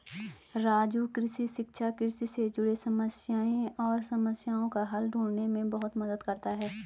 राजू कृषि शिक्षा कृषि से जुड़े समस्याएं और समस्याओं का हल ढूंढने में बहुत मदद करता है